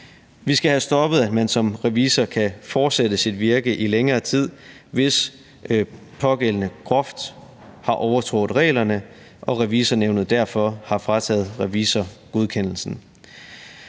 Vi skal have stoppet, at en revisor kan fortsætte sit virke i længere tid, hvis pågældende groft har overtrådt reglerne og Revisornævnet derfor har frataget vedkommende revisorgodkendelsen.